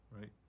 Right